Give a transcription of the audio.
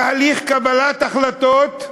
תהליך קבלת ההחלטות,